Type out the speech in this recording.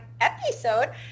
episode